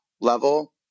level